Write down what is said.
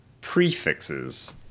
prefixes